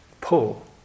pull